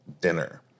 dinner